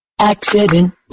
Accident